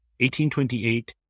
1828